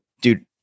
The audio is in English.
dude